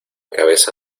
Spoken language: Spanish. cabeza